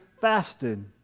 fasted